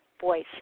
voice